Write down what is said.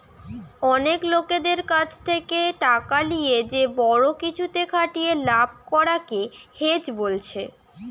অনেক লোকদের কাছে টাকা লিয়ে যে বড়ো কিছুতে খাটিয়ে লাভ করা কে হেজ বোলছে